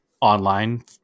online